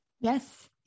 Yes